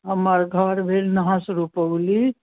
हमर घर भेल नहस रुपौली